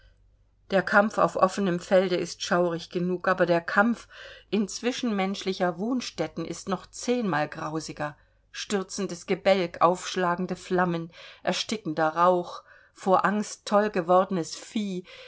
der kampf auf offenem felde ist schaurig genug aber der kampf inzwischen menschlicher wohnstätten ist noch zehnmal grausiger stürzendes gebälk aufschlagende flammen erstickender rauch vor angst tollgewordenes vieh